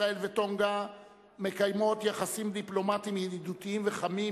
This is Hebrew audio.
ישראל וטונגה מקיימות יחסים דיפלומטיים ידידותיים וחמים